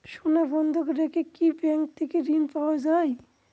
সোনা বন্ধক রেখে কি ব্যাংক থেকে ঋণ পাওয়া য়ায়?